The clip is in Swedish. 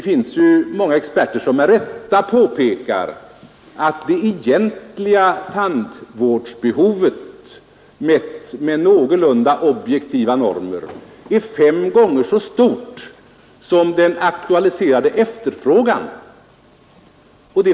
Nu finns det många experter som med rätta påpekar att det egentliga tandvårdsbehovet, mätt enligt nägorlunda objektiva normer, är fem gänger så stort som den aktualiserade efterfrågan.